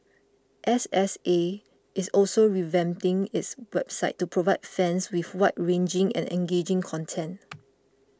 S S A is also revamping its website to provide fans with wide ranging and engaging content